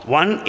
one